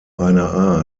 einer